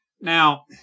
Now